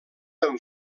amb